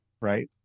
right